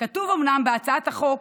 כתובים אומנם בהצעת החוק